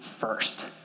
first